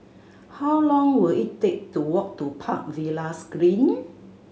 how long will it take to walk to Park Villas Green